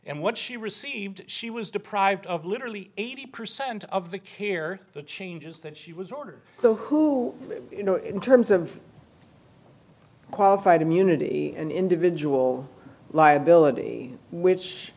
and what she received she was deprived of literally eighty percent of the care the changes that she was ordered so who you know in terms of qualified immunity and individual liability which